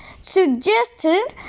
suggested